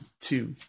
two